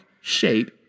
shape